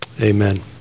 Amen